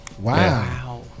Wow